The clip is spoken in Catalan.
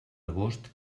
agost